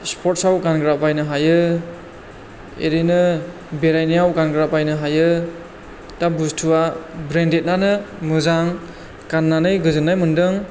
स्पर्टसआव गानग्रा बायनो हायो इरैनो बेरायनायाव गानग्रा बायनो हायो दा बुस्थुआ ब्रेन्डेडनानो मोजां गाननानै गोजोननाय मोनदों